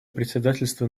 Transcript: председательство